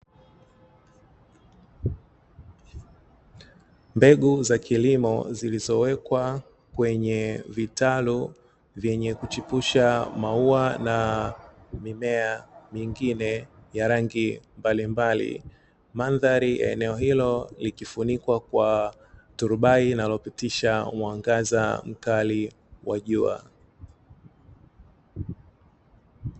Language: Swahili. Mbegu za kilimo zilizowekwa kwenye vitalu vyenye kuchipusha maua na mimea mingine ya rangi mbalimbali. Mandhari ya eneo hili ikifunikwa kwa trubai linalopitisha mwangaza mkali wa jua.